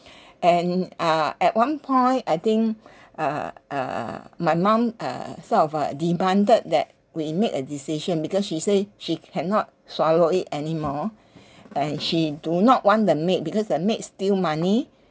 and uh at one point I think uh uh my mom uh sort of uh demanded that we make a decision because she say she cannot swallow it anymore and she do not want the maid because the maid steal money